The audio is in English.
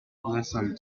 listen